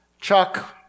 Chuck